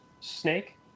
snake